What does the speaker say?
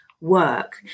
work